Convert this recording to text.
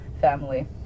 family